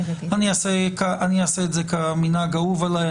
אני אעשה כמנהג האהוב עלי,